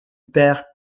père